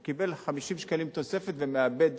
הוא קיבל 50 שקלים תוספת, ומאבד